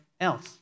else